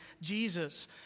Jesus